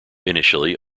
initially